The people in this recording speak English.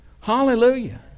hallelujah